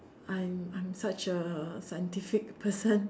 I'm I'm such a scientific person